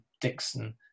Dixon